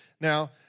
Now